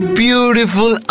beautiful